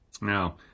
Now